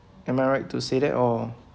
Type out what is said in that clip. am I right to say that or